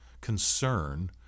concern